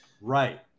Right